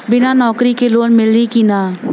बिना नौकरी के लोन मिली कि ना?